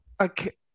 okay